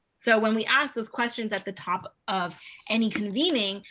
so when we ask those questions at the top of any convening,